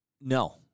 No